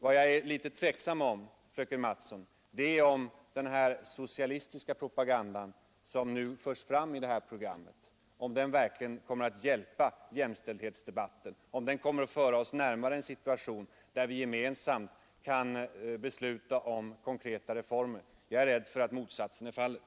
Vad jag ställer mig tveksam till, fröken Mattson, är om den socialistiska propaganda som nu förs fram i detta program verkligen kommer att hjälpa jämställdhetsdebatten och föra oss närmare en situation, där vi gemensamt kan besluta om konkreta reformer. Jag är rädd för att motsatsen är fallet.